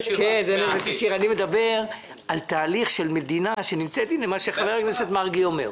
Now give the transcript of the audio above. אני מדבר על מה שחבר הכנסת מרגי אומר,